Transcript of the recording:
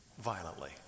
violently